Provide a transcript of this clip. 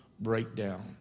breakdown